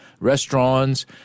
restaurants